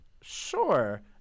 Sure